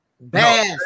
Bass